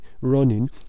running